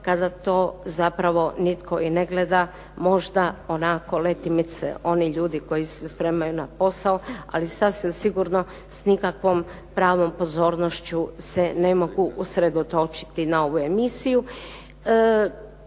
kada to zapravo nitko i ne gleda možda onako letimice oni ljudi koji se spremaju na posao, ali sasvim sigurno s nikakvom pravom pozornošću se ne mogu usredotočiti na ovu emisiju.